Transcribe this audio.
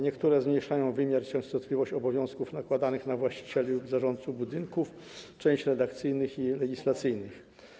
Niektóre zmniejszają wymiar i częstotliwość obowiązków nakładanych na właścicieli lub zarządców budynków, jest część poprawek redakcyjnych i legislacyjnych.